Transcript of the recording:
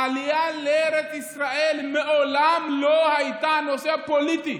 העלייה לארץ ישראל מעולם לא הייתה נושא פוליטי,